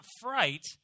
fright